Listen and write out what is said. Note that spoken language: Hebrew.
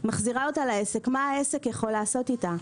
מה העסק יכול לעשות איתה?